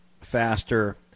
faster